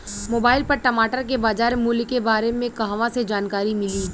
Mobile पर टमाटर के बजार मूल्य के बारे मे कहवा से जानकारी मिली?